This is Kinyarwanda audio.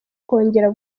kongera